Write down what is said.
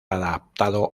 adaptado